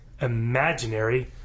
imaginary